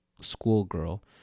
schoolgirl